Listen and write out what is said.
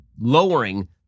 lowering